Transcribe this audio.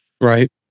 Right